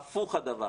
הפוך הדבר.